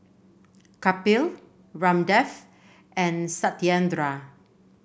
Kapil Ramdev and Satyendra